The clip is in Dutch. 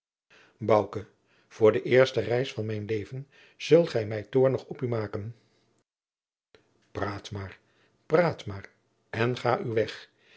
voor de eerste reis van mijn leven zult gij mij toornig op u maken praat maar praat maar en ga uw weg